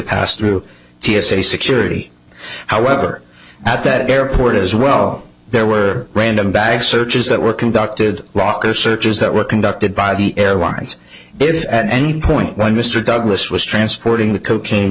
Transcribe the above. pass through t s a security however at that airport as well there were random bag searches that were conducted rocker searches that were conducted by the airlines if at any point when mr douglas was transporting the cocaine